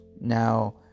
Now